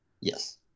Yes